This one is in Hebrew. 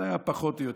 זה היה פחות או יותר.